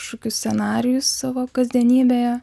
kažkokius scenarijus savo kasdienybėje